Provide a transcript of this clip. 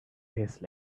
tastes